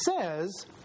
says